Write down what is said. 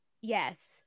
Yes